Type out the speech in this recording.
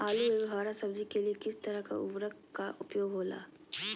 आलू एवं हरा सब्जी के लिए किस तरह का उर्वरक का उपयोग होला?